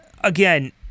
again